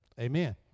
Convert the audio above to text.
Amen